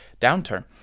downturn